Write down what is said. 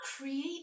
create